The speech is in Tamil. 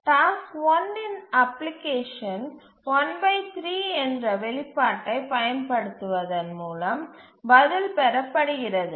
டாஸ்க் 1 இன் அப்ளிகேஷன் 13 என்ற வெளிப்பாட்டைப் பயன்படுத்துவதன் மூலம் பதில் பெறப்படுகிறது